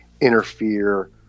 interfere